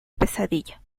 pesadilla